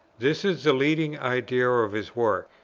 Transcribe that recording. this is the leading idea of his work.